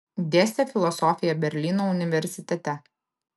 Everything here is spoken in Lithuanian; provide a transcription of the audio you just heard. dėstė filosofiją berlyno universitete